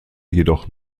jedoch